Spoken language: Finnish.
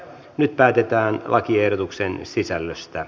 nyt päätetään lakiehdotuksen sisällöstä